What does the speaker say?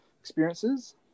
experiences